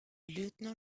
lieutenant